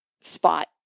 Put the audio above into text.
spot